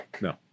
No